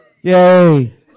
Yay